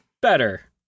better